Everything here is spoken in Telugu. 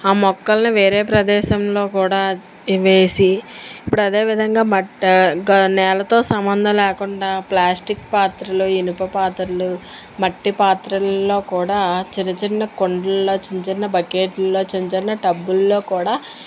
ఆ మొక్కలని వేరే ప్రదేశంలో కూడా వేసి ఇప్పుడు అదే విధంగా మట్ట గ నేలతో సంబంధం లేకుండా ప్లాస్టిక్ పాత్రలో ఇనుప పాత్రలు మట్టి పాత్రలలో కూడా చిన్న చిన్న కుండలలో చిన్న బకెట్లో చిన్న చిన్న టబ్బులలో కూడా